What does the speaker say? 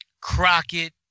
Crockett